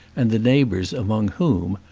and the neighbours among whom,